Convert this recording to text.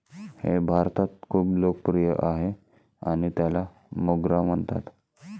हे भारतात खूप लोकप्रिय आहे आणि त्याला मोगरा म्हणतात